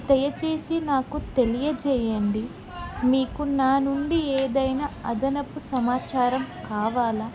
దయచేసి నాకు తెలియజేయండి మీకు నా నుండి ఏదైనా అదనపు సమాచారం కావాలా